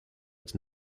its